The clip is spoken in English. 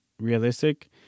realistic